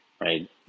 right